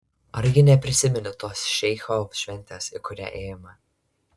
argi neprisimeni tos šeicho šventės į kurią ėjome